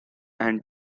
and